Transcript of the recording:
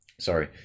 sorry